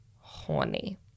horny